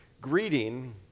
greeting